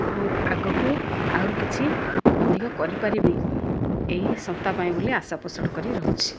ଏବଂ ଆଗକୁ ଆହୁରି କିଛି ଅଧିକ କରିପାରିବି ଏହି ସଂସ୍ଥା ପାଇଁ ବୋଲି ଆଶା ପୋଷଣ କରି ରହୁଛି